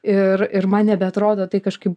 ir ir man nebeatrodo tai kažkaip